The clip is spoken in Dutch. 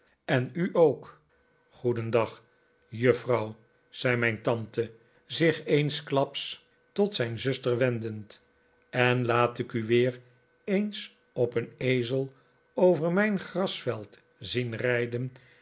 en u ook goedendag juffrouw zei mijn tante zich eensklaps tot zijn zuster wendend en laat ik u weer eens op een ezel over mijn grasveld zien rijden